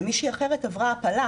ומישהי אחרת עברה הפלה,